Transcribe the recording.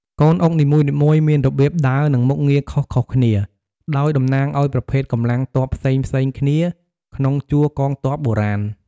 កូនអុកនីមួយៗមានរបៀបដើរ និងមុខងារខុសៗគ្នា ដោយតំណាងឱ្យប្រភេទកម្លាំងទ័ពផ្សេងៗគ្នាក្នុងជួរកងទ័ពបុរាណ។